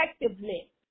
effectively